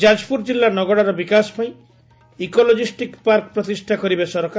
ଯାଜପୁର ଜିଲ୍ଲା ନଗଡାର ବିକାଶ ପାଇଁ ଇକୋଲଜିଷିକ୍ ପାର୍କ ପ୍ରତିଷା କରିବେ ସରକାର